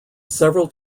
several